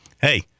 hey